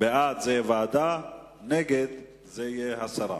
בעד זה ועדה, נגד זה הסרה.